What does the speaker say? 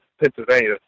pennsylvania